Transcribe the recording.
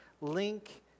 link